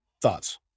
Thoughts